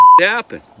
happen